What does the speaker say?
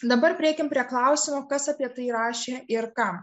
dabar prieikim prie klausimo kas apie tai rašė ir kam